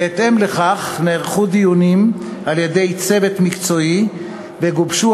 בהתאם לכך נערכו דיונים על-ידי צוות מקצועי וגובשו